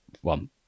one